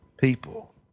People